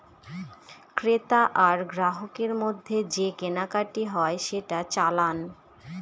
ক্রেতা আর গ্রাহকের মধ্যে যে কেনাকাটি হয় সেটা চালান